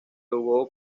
jugó